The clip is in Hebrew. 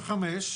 סליחה, למה 2005?